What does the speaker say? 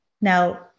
Now